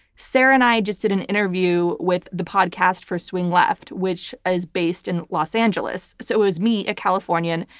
sarah and i just did an interview with the podcast for swing left, which ah is based is and los angeles. so it was me, a californian,